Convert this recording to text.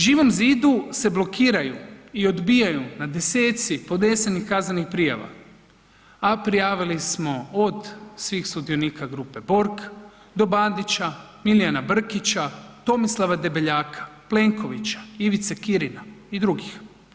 Živom zidu se blokiraju i odbijaju na 10-ci podnesenih kaznenih prijava, a prijavili smo od svih sudionika grupe Borg do Bandića, Milijana Brkića, Tomislava Debeljaka, Plenkovića, Ivice Kirina i drugih.